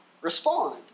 respond